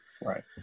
Right